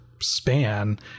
span